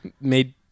made